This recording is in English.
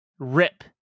Rip